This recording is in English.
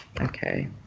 Okay